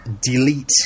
delete